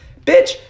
Bitch